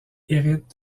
hérite